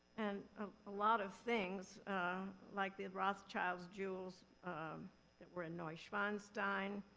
and a ah lot of things like the and rothschilds jewels that were in neuschwanstein,